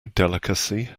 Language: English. delicacy